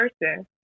person